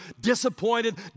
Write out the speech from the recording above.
disappointed